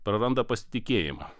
praranda pasitikėjimą